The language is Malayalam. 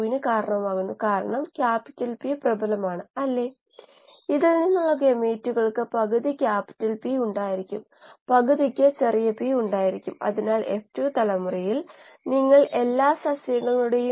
ഇവ രണ്ടും കാണിക്കുന്നതിനോ അല്ലെങ്കിൽ ഇവയെക്കുറിച്ചുള്ള വിവരങ്ങൾ നോക്കുന്നതിനോ നമുക്ക് ഇളക്കിയ ടാങ്കിന്റെ ഉദാഹരണം എടുക്കാം